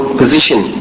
position